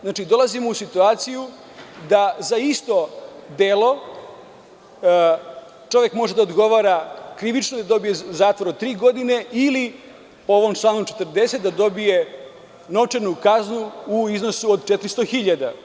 Znači, dolazimo u situaciju da za isto delo čovek može da odgovara krivično i dobije zatvor od tri godine ili u ovom članu 40. da dobije novčanu kaznu u iznosu od 400.000.